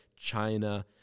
China